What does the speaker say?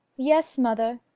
yes, mother,